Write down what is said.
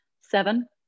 seven